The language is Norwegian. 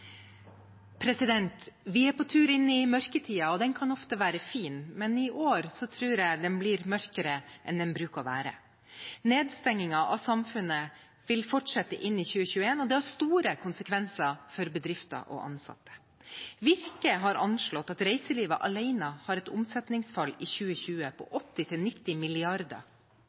på tur inn i mørketiden, og den kan ofte være fin, men i år tror jeg den blir mørkere enn den bruker å være. Nedstengningen av samfunnet vil fortsette inn i 2021, og det har store konsekvenser for bedrifter og ansatte. Virke har anslått at reiselivet alene har et omsetningsfall i 2020 på